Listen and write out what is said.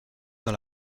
dans